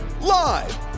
Live